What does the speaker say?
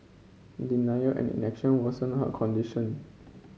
denial and inaction worsened her condition